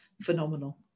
phenomenal